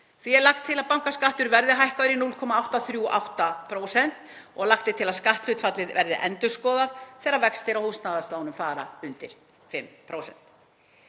Því er lagt til að bankaskattur verði hækkaður í 0,838% og lagt er til að skatthlutfallið verði endurskoðað þegar vextir á húsnæðislánum fara undir 5%.